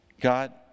God